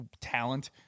talent